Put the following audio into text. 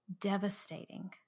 devastating